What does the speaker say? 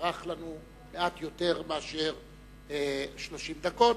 ארך לנו מעט יותר מאשר 30 דקות.